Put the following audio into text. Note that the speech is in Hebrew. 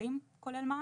שקלים כולל מע"מ.